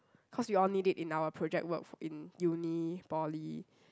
cause we all need it in our project work in uni poly